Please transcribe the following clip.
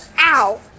Ow